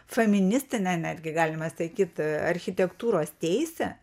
feministinę netgi galima sakyt a architektūros teisę